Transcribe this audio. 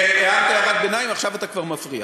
הערת הערת ביניים, עכשיו אתה כבר מפריע.